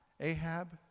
Ahab